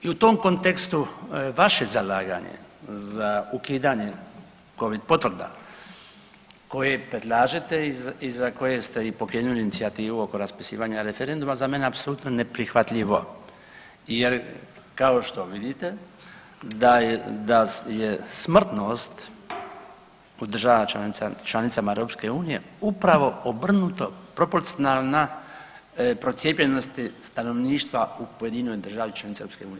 I u tom kontekstu vaše zalaganje za ukidanje Covid potvrda koje predlažete i za koje ste i pokrenuli inicijativu oko raspisivanja referenduma za mene apsolutno neprihvatljivo jer kao što vidite da je, da je smrtnost u državama članicama EU upravo obrnuto proporcionalna procijepljenosti stanovništva u pojedinoj državi članici EU.